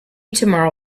tomorrow